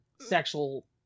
sexual